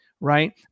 Right